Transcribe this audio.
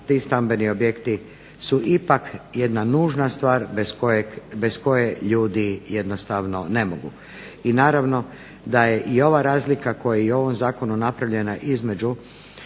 ti stambeni objekti su ipak jedna nužna stvar bez koje ljudi jednostavno ne mogu. I naravno da je i ova razlika koja je i u ovom zakonu napravljena između